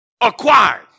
acquired